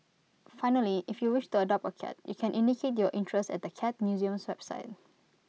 finally if you wish to adopt A cat you can indicate your interest at the cat museum's website